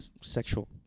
sexual